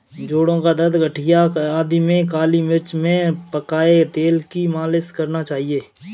जोड़ों का दर्द, गठिया आदि में काली मिर्च में पकाए तेल की मालिश करना चाहिए